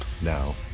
now